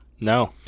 No